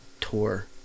tour